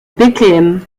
bethléem